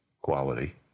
quality